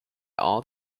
all